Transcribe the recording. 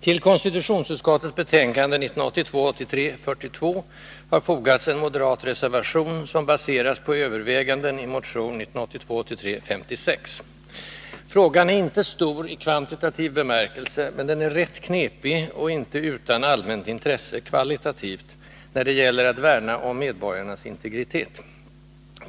Till konstitutionsutskottets betänkande 1982 83:56. Frågan är inte stor i kvantitativ bemärkelse, men den är rätt knepig och inte utan allmänt intresse, kvalitativt, när det gäller att värna om medborgarnas integritet.